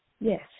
Yes